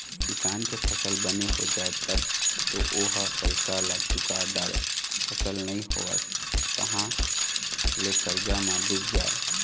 किसान के फसल बने हो जाए तब तो ओ ह पइसा ल चूका डारय, फसल नइ होइस तहाँ ले करजा म डूब जाए